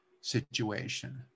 situation